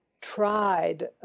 tried